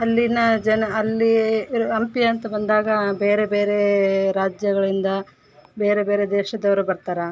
ಅಲ್ಲಿನ ಜನ ಅಲ್ಲಿ ಹಂಪಿ ಅಂತ ಬಂದಾಗ ಬೇರೆ ಬೇರೆ ರಾಜ್ಯಗಳಿಂದ ಬೇರೆ ಬೇರೆ ದೇಶದವರು ಬರ್ತಾರೆ